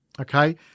Okay